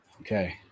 Okay